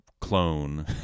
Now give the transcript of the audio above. clone